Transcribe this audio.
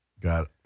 Got